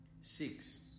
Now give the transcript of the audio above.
six